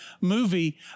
movie